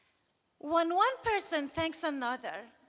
one one person thanks another,